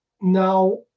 Now